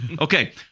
Okay